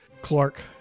Clark